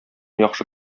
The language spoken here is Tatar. яхшы